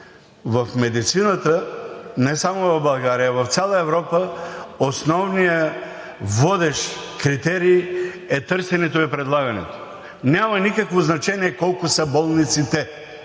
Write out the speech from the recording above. в медицината не само в България, а и в цяла Европа, основният водещ критерий е търсенето и предлагането. Няма никакво значение колко са болниците.